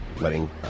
letting